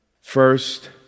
first